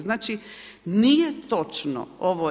Znači, nije točno ovo.